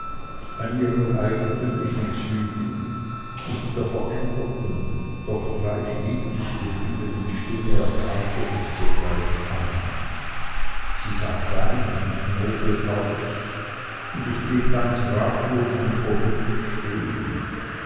an ihren eigentümlichen zügen und der veränderten und doch gleich lieblich gebliebenen stimme erkannte ich sogleich anna sie sah fein und nobel aus und ich blieb ganz ratlos und verblüfft stehen